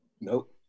Nope